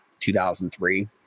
2003